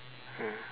mm